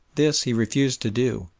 this he refused to do,